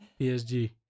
PSG